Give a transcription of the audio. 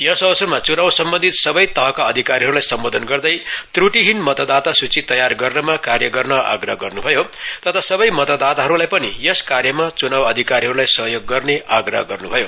यस अवसरमा चुनाउ सम्बन्धित सबै तहका अधिकारीहरूलाई सम्बोधन गर्दै त्रुटीहीन मतदाता सुची तयार गर्नमा कार्य गर्न आग्रह गर्नु भयो तथा सबै मतदाताहरूलाई पनि यस कार्यमा चुनाउ अधिकारीहरूलाई सहयोग गर्ने आग्रह गर्नु भयो